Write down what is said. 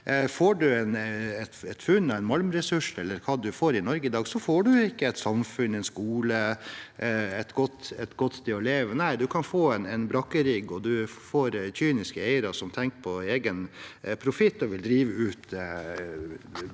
Får man et funn av en malmressurs, eller hva det måtte være, i Norge i dag, så får man ikke et samfunn, en skole, et godt sted å leve, nei, man kan få en brakkerigg, og man får kyniske eiere som tenker på egen profitt og vil drive ut verdiene